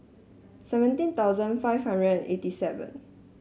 seventeen thousand five hundred and eighty seven